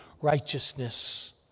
righteousness